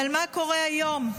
אבל מה קורה היום?